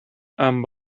amb